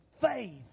faith